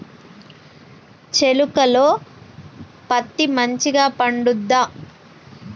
చేలుక లో పత్తి మంచిగా పండుద్దా?